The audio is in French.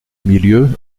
milieu